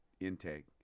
intake